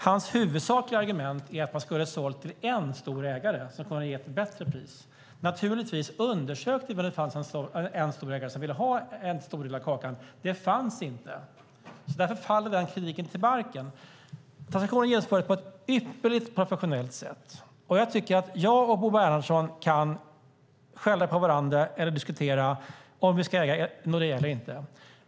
Hans huvudsakliga argument är att man skulle ha sålt till en stor ägare som kunde ha gett ett bättre pris. Naturligtvis undersökte vi om det fanns en stor ägare som ville ha en stor del av kakan. Det fanns inte. Därför faller den kritiken till marken. Transaktionen genomfördes på ett ypperligt professionellt sätt. Jag och Bo Bernhardsson kan skälla på varandra eller diskutera om vi ska äga Nordea eller inte.